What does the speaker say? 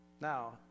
Now